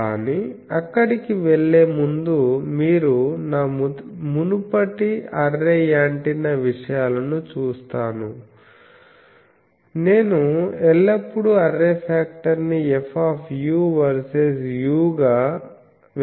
కానీఅక్కడికి వెళ్ళే ముందు మీరు నా మునుపటి అర్రే యాంటెన్నా విషయాలను చూస్తాను నేను ఎల్లప్పుడూ అర్రే ఫాక్టర్ ని F వర్సెస్ u గా వ్యక్తీకరిస్తాను